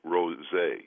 Rosé